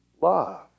love